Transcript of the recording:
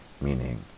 meaning